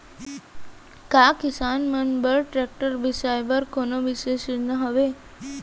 का किसान मन बर ट्रैक्टर बिसाय बर कोनो बिशेष योजना हवे?